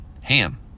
ham